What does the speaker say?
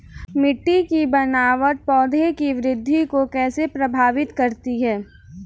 मिट्टी की बनावट पौधों की वृद्धि को कैसे प्रभावित करती है?